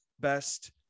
best